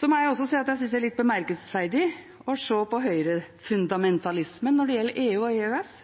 Jeg må også si at jeg synes det er litt bemerkelsesverdig å se på Høyre-fundamentalismen når det gjelder EU og EØS.